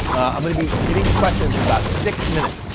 i'm gonna be hitting questions in about six minutes.